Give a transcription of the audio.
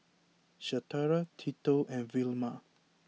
Shatara Tito and Vilma